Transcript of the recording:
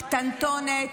קטנטונת,